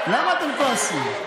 למה אתם כועסים?